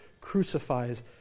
crucifies